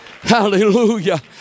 Hallelujah